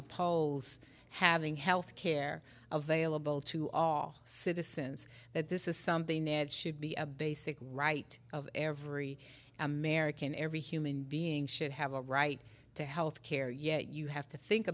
appalls having health care available to all citizens that this is something it should be a basic right of every american every human being should have a right to health care yet you have to think